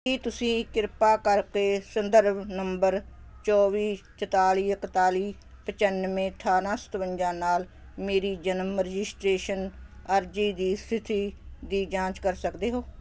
ਕੀ ਤੁਸੀਂ ਕਿਰਪਾ ਕਰਕੇ ਸੰਦਰਭ ਨੰਬਰ ਚੌਵੀ ਚੁਤਾਲੀ ਇਕਤਾਲੀ ਪਚਾਨਵੇਂ ਅਠਾਰਾਂ ਸਤਵੰਜਾ ਨਾਲ ਮੇਰੀ ਜਨਮ ਰਜਿਸਟ੍ਰੇਸ਼ਨ ਅਰਜ਼ੀ ਦੀ ਸਥਿਤੀ ਦੀ ਜਾਂਚ ਕਰ ਸਕਦੇ ਹੋ